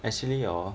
actually hor